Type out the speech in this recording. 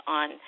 on